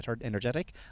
energetic